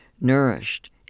nourished